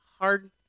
hard